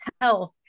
health